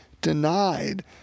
denied